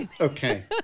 okay